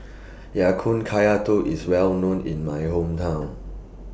Ya Kun Kaya Toast IS Well known in My Hometown